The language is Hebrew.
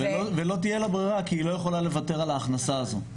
ולא תהיה לה ברירה כי היא לא יכולה לוותר על ההכנסה הזו.